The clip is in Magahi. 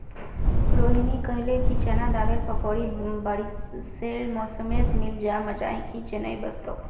रोहिनी कहले कि चना दालेर पकौड़ी बारिशेर मौसमत मिल ल मजा कि चनई वस तोक